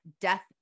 death